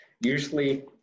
Usually